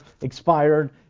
expired